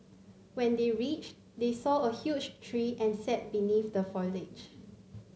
when they reached they saw a huge tree and sat beneath the foliage